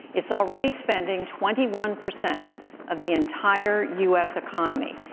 it's already spending twenty one percent of the entire u s. economy.